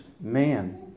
man